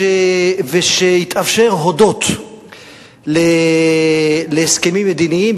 שהתאפשר הודות להסכמים מדיניים,